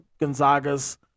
Gonzaga's